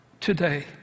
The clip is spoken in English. today